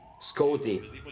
Scotty